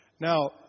Now